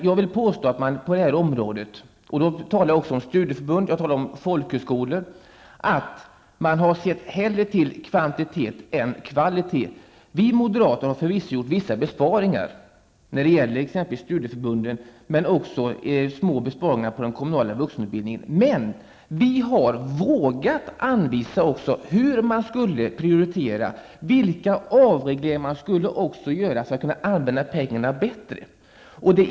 Jag vill påstå att man på det här området -- jag talar då även om studieförbunden och folkhögskolorna -- hellre har sett till kvantitet än kvalitet. Vi moderater har förvisso gjort besparingar när det gäller studieförbunden och den kommunala vuxenutbildningen. Vi har emellertid även vågat anvisa hur man skall prioritera och vilka avregleringan man kan göra för att kunna använda pengarna bättre.